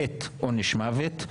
ב' עונש מוות.